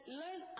learn